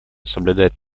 соблюдает